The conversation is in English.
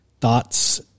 Thoughts